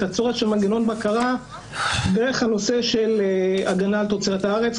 הצורך של מנגנון בקרה דרך הנושא של הגנה על תוצרת הארץ,